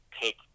take